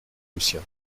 lucien